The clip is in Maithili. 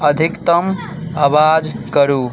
अधिकतम आवाज करू